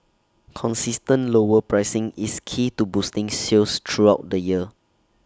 consistent lower pricing is key to boosting sales throughout the year